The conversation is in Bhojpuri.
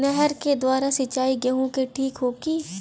नहर के द्वारा सिंचाई गेहूँ के ठीक होखि?